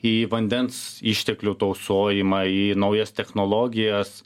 į vandens išteklių tausojimą į naujas technologijas